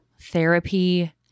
therapy